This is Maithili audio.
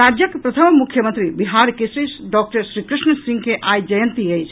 राज्यक प्रथम मुख्यमंत्री बिहार केसरी डॉक्टर श्रीकृष्ण सिंह के आई जयंती अछि